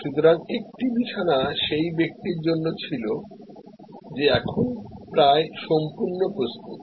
সুতরাং একটি বিছানা সেই ব্যক্তির জন্য ছিল যে এখন প্রায় সম্পূর্ণ প্রস্তুত